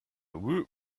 woot